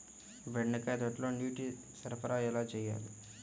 బెండకాయ తోటలో నీటి సరఫరా ఎలా చేయాలి?